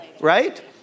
right